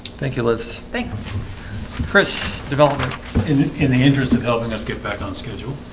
thank you liz, thanks chris development in in the interest of helping us. get back on schedule